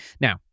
Now